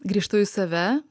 grįžtu į save